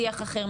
שיח אחר,